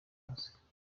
yose